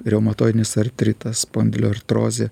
reumatoidinis artritas spondiloartrozė